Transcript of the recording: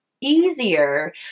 easier